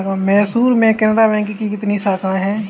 मैसूर में केनरा बैंक की कितनी शाखाएँ है?